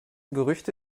gerüchte